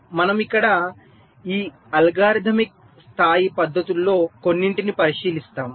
మనము ఇక్కడ ఈ అల్గోరిథమిక్ స్థాయి పద్ధతుల్లో కొన్నింటిని పరిశీలిస్తాము